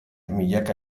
milaka